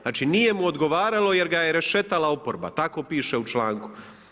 Znači nije mu odgovaralo jer ga je rešetala oporba, tako piše u članku.